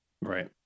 right